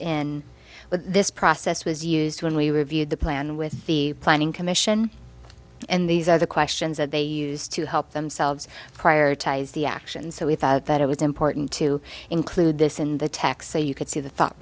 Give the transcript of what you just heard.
in this process was used when we reviewed the plan with the planning commission and these are the questions that they used to help themselves prior ties the action so we thought that it was important to include this in the text so you could see the thought